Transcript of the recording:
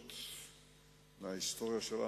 אז הסיפור,